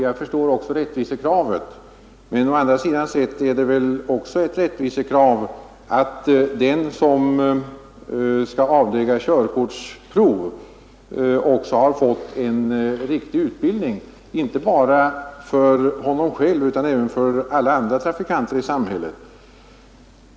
Jag förstår också rättvisekravet, men det är väl å andra sidan också ett rättvisekrav att den som skall avlägga körkortsprov har fått en riktig utbildning, inte bara för sin egen skull utan också med hänsyn till alla andra trafikanter i samhället.